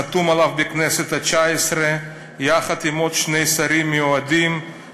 חתום עליו בכנסת התשע-עשרה יחד עם שני שרים מיועדים,